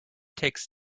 takes